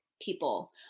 people